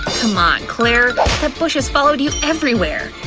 c'mon, claire, that bush has followed you everywhere!